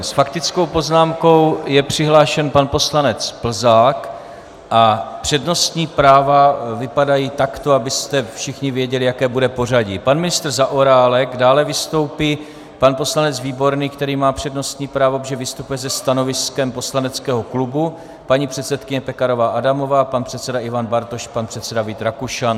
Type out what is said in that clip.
S faktickou poznámkou je přihlášen pan poslanec Plzák a přednostní práva vypadají takto, abyste všichni věděli, jaké bude pořadí: pan ministr Zaorálek, dále vystoupí pan poslanec Výborný, který má přednostní právo, protože vystupuje se stanoviskem poslaneckého klubu, paní předsedkyně Pekarová Adamová, pan předseda Ivan Bartoš, pan předseda Vít Rakušan.